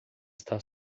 está